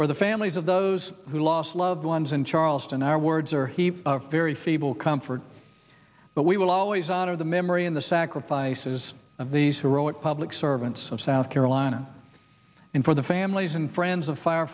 for the families of those who lost loved ones in charleston our words or he very feeble comfort but we will always honor the memory in the sacrifices of these heroic public servants of south carolina and for the families and friends of fire